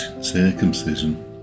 circumcision